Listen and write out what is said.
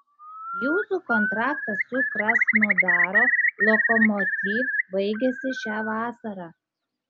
jūsų kontraktas su krasnodaro lokomotiv baigiasi šią vasarą